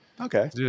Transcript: Okay